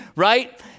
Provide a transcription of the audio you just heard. Right